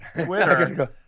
Twitter